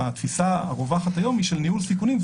התפיסה הרווחת היום היא של ניהול סיכונים,